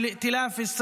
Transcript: תודה רבה.